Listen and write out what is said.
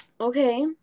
Okay